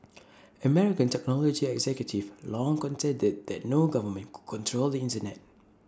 American technology executives long contended that no government could control the Internet